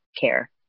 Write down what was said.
care